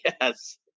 yes